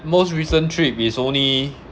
most recent trip is only